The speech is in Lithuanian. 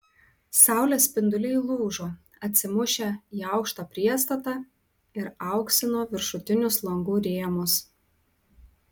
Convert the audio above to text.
saulės spinduliai lūžo atsimušę į aukštą priestatą ir auksino viršutinius langų rėmus